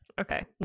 okay